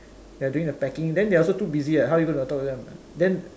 they are doing the packing then they are also too busy [what] how are you going to talk to them then